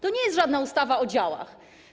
To nie jest żadna ustawa o działach.